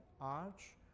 arch